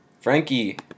Frankie